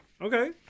Okay